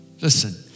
Listen